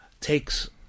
takes